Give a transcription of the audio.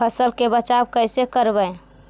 फसल के बचाब कैसे करबय?